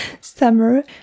summer